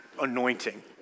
anointing